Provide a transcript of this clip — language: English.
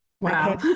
Wow